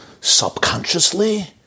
subconsciously